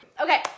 Okay